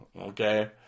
okay